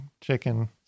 chicken